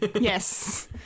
Yes